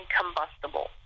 combustible